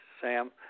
Sam